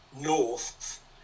north